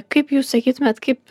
kaip jūs sakytumėt kaip